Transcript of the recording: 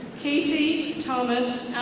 casey thomas